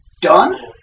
Done